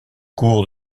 cours